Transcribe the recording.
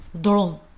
Drone